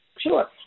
sure